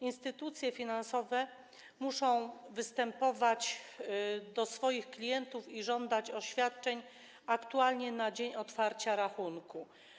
Instytucje finansowe muszą występować do swoich klientów i żądać oświadczeń aktualnych na dzień otwarcia rachunku.